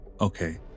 okay